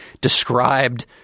described